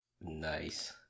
Nice